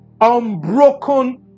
unbroken